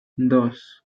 dos